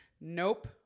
nope